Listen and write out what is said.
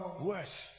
worse